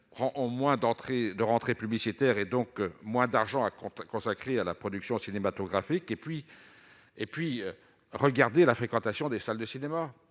d'entrée de rentrées publicitaires et donc moins d'argent à consacrée à la production cinématographique et puis et puis regardez la fréquentation des salles de cinéma